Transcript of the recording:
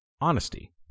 honesty